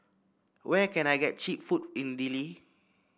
where can I get cheap food in Dili